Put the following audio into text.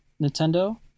Nintendo